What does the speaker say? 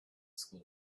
school